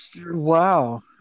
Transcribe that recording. Wow